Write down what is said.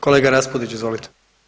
Kolega Raspudić, izvolite.